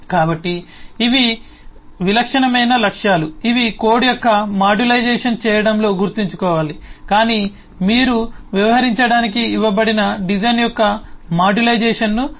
కాబట్టి ఇవి విలక్షణమైన లక్ష్యాలు ఇవి కోడ్ యొక్క మాడ్యులైజేషన్ చేయడంలో గుర్తుంచుకోవాలి కాని మీరు వ్యవహరించడానికి ఇవ్వబడిన డిజైన్ యొక్క మాడ్యులైజేషన్ను ప్రదర్శిస్తాయి